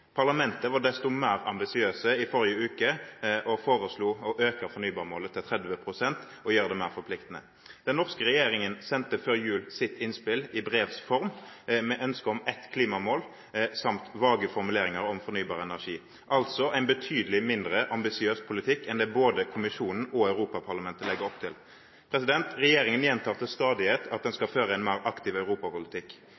Parlamentet var desto mer ambisiøst i forrige uke og foreslo å øke fornybarmålet til 30 pst. og å gjøre det mer forpliktende. Den norske regjeringen sendte før jul sitt innspill i brevs form med ønske om ett klimamål, samt vage formuleringer om fornybar energi, altså en betydelig mindre ambisiøs politikk enn det både kommisjonen og Europaparlamentet legger opp til. Regjeringen gjentar til stadighet at den skal føre en